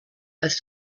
erst